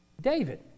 David